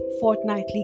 fortnightly